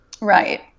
right